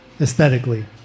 Aesthetically